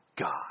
God